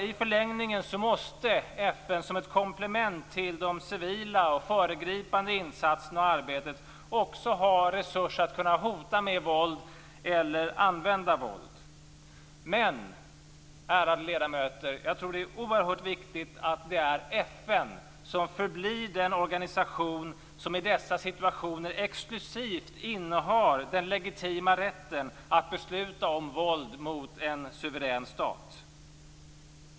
I förlängningen måste FN som ett komplement till de civila och föregripande insatserna också ha resurser för att kunna hota med eller använda våld. Men, ärade ledamöter, jag tror att det är oerhört viktigt att FN förblir den organisation som i dessa situationer exklusivt innehar den legitima rätten att besluta om våld mot en suverän stat.